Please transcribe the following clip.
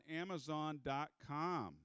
Amazon.com